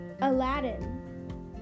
Aladdin